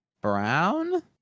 Brown